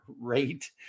rate